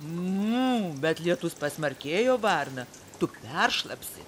mū bet lietus pasmarkėjo varna tu peršlapsi